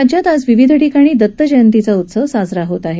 राज्यात आज विविध ठिकाणी दत्त जयंतीचा उत्सव साजरा होत आहे